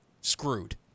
screwed